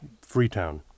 Freetown